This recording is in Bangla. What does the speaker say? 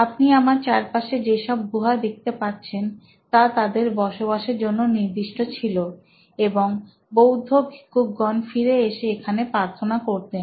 আপনি আমার চারপাশে যে সব গুহা দেখতে পাচ্ছেন তা তাদের বসবাসের জন্য নির্দিষ্ট ছিল এবং বৌদ্ধ ভিক্ষুকগণ ফিরে এসে এখানে প্রার্থনা করতেন